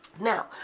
Now